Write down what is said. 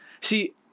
See